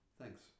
Thanks